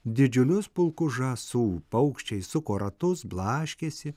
didžiulius pulkus žąsų paukščiai suko ratus blaškėsi